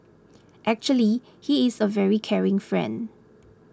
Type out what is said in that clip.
actually he is a very caring friend